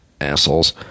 assholes